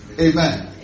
Amen